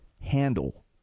handle